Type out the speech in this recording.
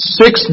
six